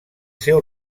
seu